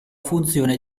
funzione